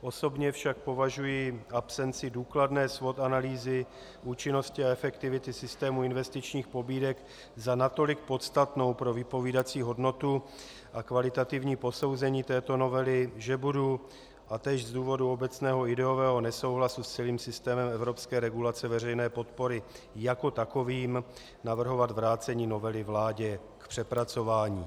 Osobně však považuji absenci důkladné SWOT analýzy, účinnosti a efektivity systému investičních pobídek za natolik podstatnou pro vypovídací hodnotu a kvalitativní posouzení této novely, že budu a též z důvodu obecného ideového nesouhlasu s celým systémem evropské regulace veřejné podpory jako takovým navrhovat vrácení novely vládě k přepracování.